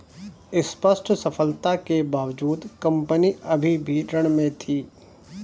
स्पष्ट सफलता के बावजूद कंपनी अभी भी ऋण में थी